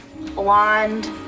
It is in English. Blonde